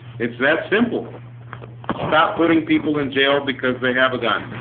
it's that simple stop putting people in jail because they have a gun